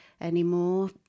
anymore